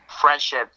friendship